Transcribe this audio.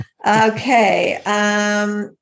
Okay